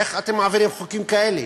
איך אתם מעבירים חוקים כאלה?